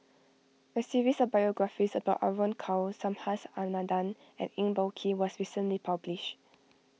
a series of biographies about Evon Kow Subhas Anandan and Eng Boh Kee was recently published